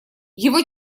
его